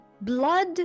blood